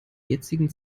jetzigen